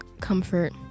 comfort